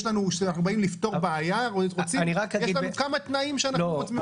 כשאנחנו באים לפתור בעיה יש לנו כמה תנאים שאנחנו מבקשים.